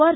R